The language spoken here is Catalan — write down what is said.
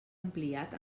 ampliat